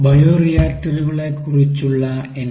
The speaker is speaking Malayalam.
ബയോറിയാക്ടറുകളെ കുറിച്ചുള്ള എൻ